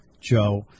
Joe